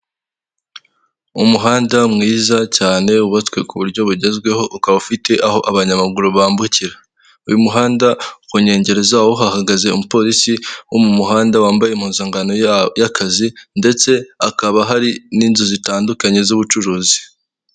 Umuhanda mwiza cyane wubatswe ku buryo bugezweho ukaba ufite aho abanyamaguru bambukira, uyu muhanda ku nkengero zawo hahagaze umupolisi wo mu muhanda wambaye impuzankano y'akazi, ndetse hakaba hari n'inzu zitandukanye z'ubucuruzi.